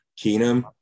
Keenum